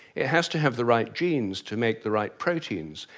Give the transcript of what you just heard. it has to have the right genes to make the right proteins.